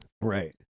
Right